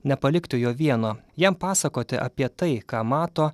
nepalikti jo vieno jam pasakoti apie tai ką mato